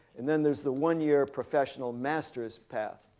and then there's the one year professional master's path.